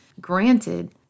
Granted